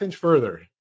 further